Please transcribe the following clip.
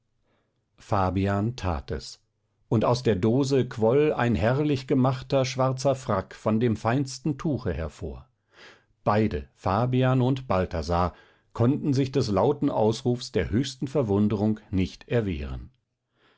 fabian tat es und aus der dose quoll ein herrlich gemachter schwarzer frack von dem feinsten tuche hervor beide fabian und balthasar konnten sich des lauten ausrufs der höchsten verwunderung nicht erwehren